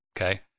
okay